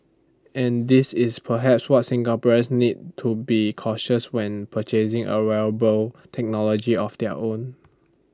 and this is perhaps what Singaporeans need to be cautious when purchasing A wearable technology of their own